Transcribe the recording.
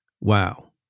wow